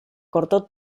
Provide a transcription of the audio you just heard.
cortó